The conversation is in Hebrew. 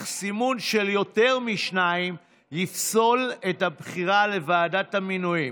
אך סימון של יותר משניים יפסול את הבחירה לוועדת המינויים.